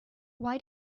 why